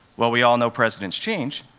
well, we all know presidents change,